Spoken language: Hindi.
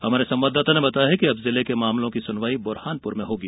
हमारे संवाददाता ने बताया है कि अब जिले के मामलों की सुनवाई बुरहानपुर में होगी